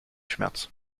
schmerz